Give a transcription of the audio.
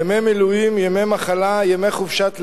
ימי מילואים, ימי מחלה, ימי חופשת לידה,